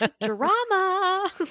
Drama